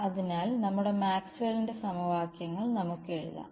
അതിനാൽ നമ്മുടെ മാക്സ്വെല്ലിന്റെ സമവാക്യങ്ങൾ Maxwell's equations നമുക്ക് എഴുതാം